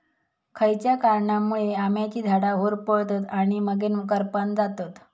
खयच्या कारणांमुळे आम्याची झाडा होरपळतत आणि मगेन करपान जातत?